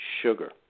sugar